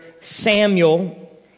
Samuel